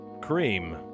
Cream